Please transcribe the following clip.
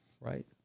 right